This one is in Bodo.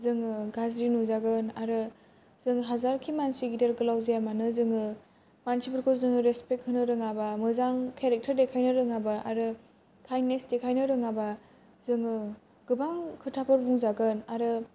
जोङो गाज्रि नुजागोन आरो जों हाजार कि मानसि गेदेर गोलाव जाया मानो जोङो मानसि फोरखौ जों रेसफेक्ट होनो रोङाबा मोजां केरेक्टार देखायनो रोङाबा आरो काइन्दनेस देखायनो रोङाबा जोङो गोबां खोथाफोर बुंजा गोन आरो